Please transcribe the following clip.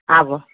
आबऽ